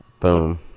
Boom